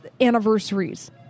anniversaries